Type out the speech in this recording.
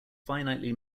finitely